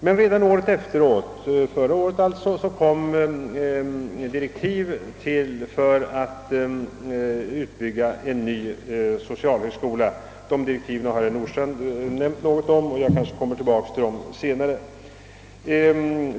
Men redan året därpå, alltså förra året, utfärdades direktiv för en ny utredning som skulle förbereda inrättandet av en ny socialhögskola. De direktiven har herr Nordstrandh här talat något om; jag kanske kommer tillbaka till dem senare.